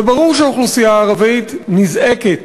וברור שהאוכלוסייה הערבית נזעקת